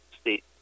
state